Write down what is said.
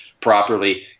properly